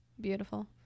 beautiful